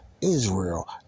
Israel